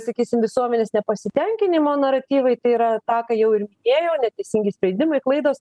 sakysim visuomenės nepasitenkinimo naratyvai tai yra tą ką jau ir minėjo neteisingi sprendimai klaidos